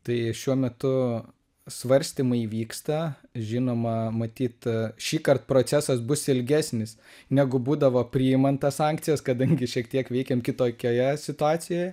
tai šiuo metu svarstymai vyksta žinoma matyt šįkart procesas bus ilgesnis negu būdavo priimant tas sankcijas kadangi šiek tiek veikėm kitokioje situacijoje